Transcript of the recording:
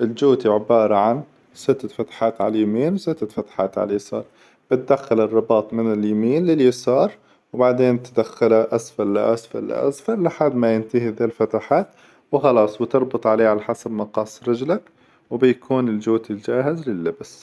الجوتي عبارة عن ستة فتحات على اليمين وستة فتحات على اليسار بتدخل الرباط من اليمين لليسار وبعدين تدخله أسفل لأسفل لأسفل لحد ما ينتهي ذي الفتحات، بعدين تربط على حسب مقاس رجلك وبيكون الجوتي جاهز لللبس.